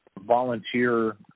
volunteer